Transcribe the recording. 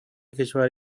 کشور